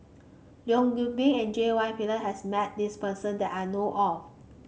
Leong Yoon Pin and J Y Pillay has met this person that I know of